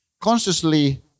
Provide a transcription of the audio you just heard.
consciously